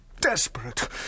desperate